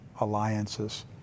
alliances